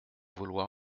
vouloir